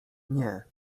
nie